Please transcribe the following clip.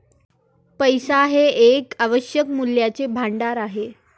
पैसा हे एक आवश्यक मूल्याचे भांडार आहे